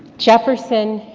jefferson,